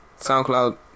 SoundCloud